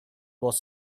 was